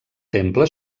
temple